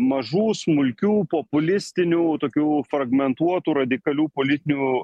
mažų smulkių populistinių tokių fragmentuotų radikalių politinių